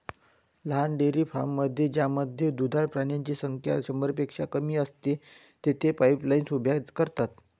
लहान डेअरी फार्ममध्ये ज्यामध्ये दुधाळ प्राण्यांची संख्या शंभरपेक्षा कमी असते, तेथे पाईपलाईन्स उभ्या करतात